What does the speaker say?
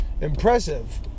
impressive